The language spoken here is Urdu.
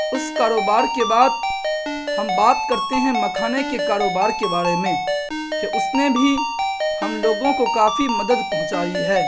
اس کاروبار کے بعد ہم بات کرتے ہیں مکھانے کے کاروبار کے بارے میں کہ اس نے بھی ہم لوگوں کو کافی مدد پہنچائی ہے